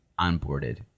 onboarded